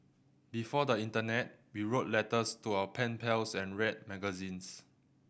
before the internet we wrote letters to our pen pals and read magazines